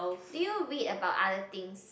do you read about other things